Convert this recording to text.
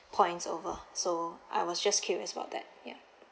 points over so I was just curious about that